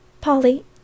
Polly